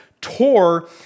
tore